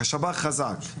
השב"כ חזק.